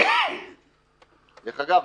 דרך אגב,